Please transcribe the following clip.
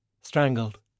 Strangled